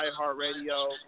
iHeartRadio